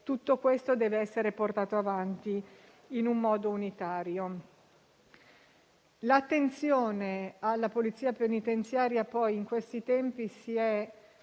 tutto questo deve essere portato avanti in maniera unitaria. L'attenzione alla Polizia penitenziaria in questi tempi si è